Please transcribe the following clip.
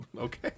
okay